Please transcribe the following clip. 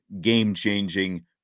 game-changing